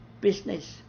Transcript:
business